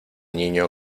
niño